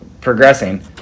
progressing